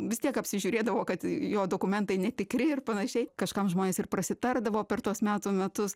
vis tiek apsižiūrėdavo kad jo dokumentai netikri ir panašiai kažkam žmonės ir prasitardavo per tuos metų metus